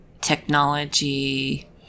technology